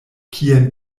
kien